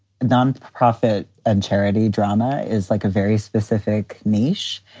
nonprofit and charity drama is like a very specific niche.